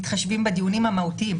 מתחשבים בדיונים המהותיים,